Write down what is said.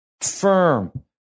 firm